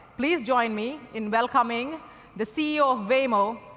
please join me in welcoming the ceo of waymo,